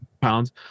pounds